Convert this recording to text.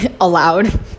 allowed